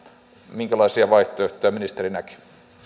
minkälaisia vaihtoehtoja ministeri näkee